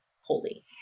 Holy